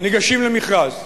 ניגשים למכרז.